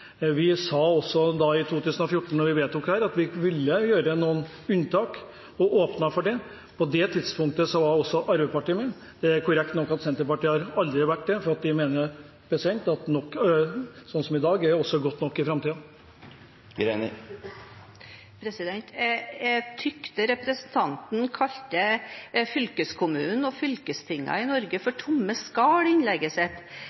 Vi sa også i 2014, da vi vedtok dette, at vi ville gjøre noen unntak, og åpnet for det. På det tidspunktet var også Arbeiderpartiet med. Det er korrekt nok at Senterpartiet aldri har vært med, fordi de mener at sånn som det er i dag, også er godt nok i framtiden. Jeg syntes representanten kalte fylkeskommunene og fylkestingene i Norge